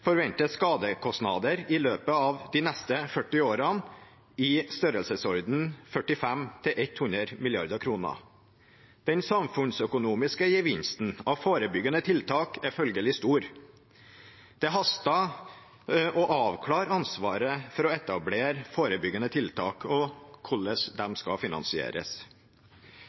i løpet av de neste 40 årene skadekostnader i størrelsesordenen 45–100 mrd. kr. Den samfunnsøkonomiske gevinsten av forebyggende tiltak er følgelig stor. Det haster å avklare ansvaret for å etablere forebyggende tiltak og hvordan de skal finansieres.